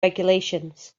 regulations